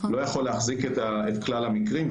הוא לא יכול להחזיק את כלל המקרים,